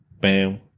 Bam